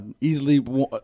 Easily